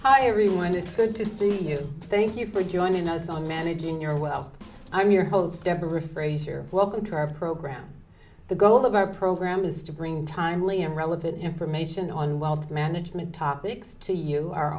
hi everyone it's good to see you thank you for joining us on managing your well i'm here holds deborah frasier welcome to our program the goal of our program is to bring timely and relevant information on wealth management topics to